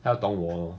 她要懂我